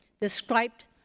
described